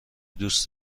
دوست